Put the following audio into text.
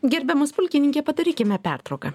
gerbiamas pulkininke padarykime pertrauką